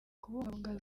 kubungabunga